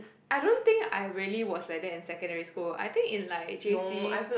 I don't think I really was like that in secondary school I think in like j_c